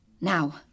Now